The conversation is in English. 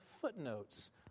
footnotes